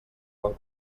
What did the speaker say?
quan